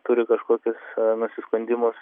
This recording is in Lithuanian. turi kažkokius nusiskundimus